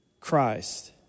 Christ